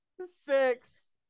six